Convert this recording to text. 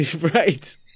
Right